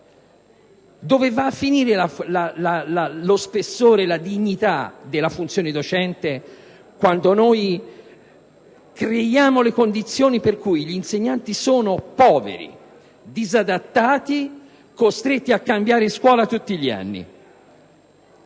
Dove va a finire lo spessore, la dignità della funzione docente quando noi creiamo le condizioni per cui gli insegnanti sono poveri, disadattati, costretti a cambiare scuola tutti gli anni?